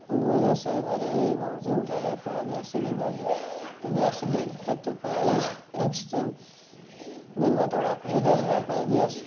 ରୋଷେଇ ଘରେ ଏବଂ ଯେଉଁଠାରେ ଆପଣ ଗ୍ୟାସ୍ ସିଲିଣ୍ଡର ଗ୍ୟାସ୍ ଲିକ୍ ହେତୁକୁ ଏକ୍ସଟି ଦୁର୍ଘଟଣାକୁ ଏଡ଼ାଇବା ପାଇଁ ଗ୍ୟାସ୍